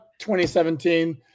2017